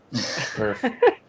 Perfect